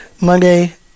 Monday